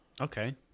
okay